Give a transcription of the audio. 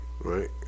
right